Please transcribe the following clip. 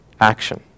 action